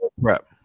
Prep